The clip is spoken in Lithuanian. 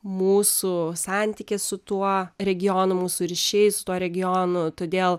mūsų santykis su tuo regionu mūsų ryšiai su tuo regionu todėl